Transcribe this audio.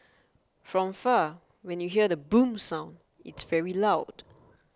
from far when you hear the boom sound it's very loud